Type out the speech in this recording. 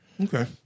okay